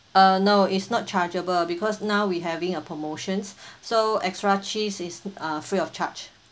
uh no it's not chargeable because now we having a promotions so extra cheese is uh free of charge